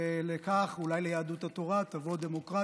אולי ליהדות התורה תבוא דמוקרטיה,